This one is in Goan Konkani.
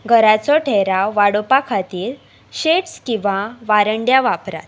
घराचो ठेराव वाडोवपा खातीर शेड्स किंवां वारंड्या वापरात